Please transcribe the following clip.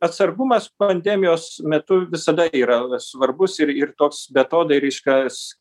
atsargumas pandemijos metu visada yra svarbus ir ir toks beatodairiškas